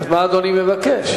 אז מה אדוני מבקש?